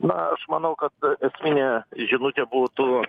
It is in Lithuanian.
na aš manau kad esminė žinutė būtų